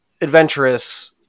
adventurous